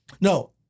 No